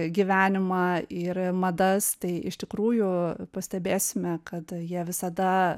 gyvenimą ir į madas tai iš tikrųjų pastebėsime kad jie visada